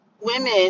women